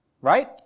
right